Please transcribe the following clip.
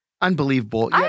Unbelievable